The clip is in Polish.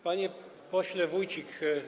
Panie Pośle Wójcik!